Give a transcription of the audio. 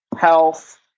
health